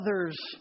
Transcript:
others